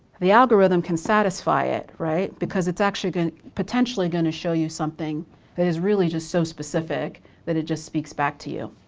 the algorithm can satisfy it, right. because it's actually potentially gonna show you something that is really just so specific that it just speaks back to you,